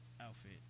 outfit